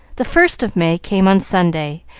the first of may came on sunday,